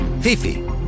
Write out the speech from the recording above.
Fifi